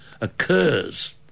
occurs